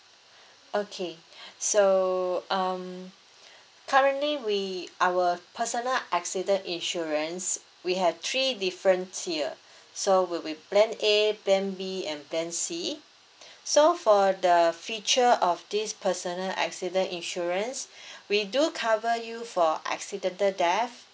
okay so um currently we our personal accident insurance we have three different tier so will be plan A plan A and plan C so for the feature of this personal accident insurance we do cover you for accidental death